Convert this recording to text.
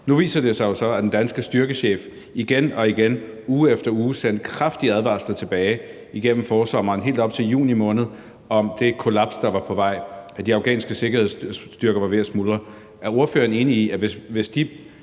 Nu viser det sig jo så, at den danske styrkechef igen og igen uge efter uge sendte kraftige advarsler tilbage igennem forsommeren helt op til juni måned om det kollaps, der var på vej, altså at de afghanske sikkerhedsstyrker var ved at smuldre. Er ordføreren enig i, at hvis de